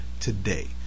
today